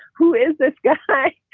who is this guy?